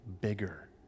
bigger